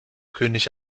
könig